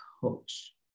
coach